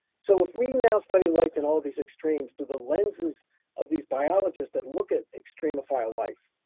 so if we now study life in all of these extremes through the lenses of these biologists that look at extremophile life,